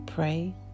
pray